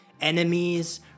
enemies –